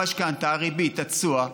המשכנתה, הריבית, התשואה,